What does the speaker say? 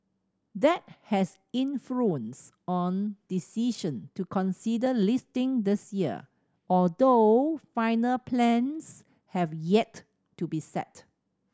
that has influenced on decision to consider listing this year although final plans have yet to be set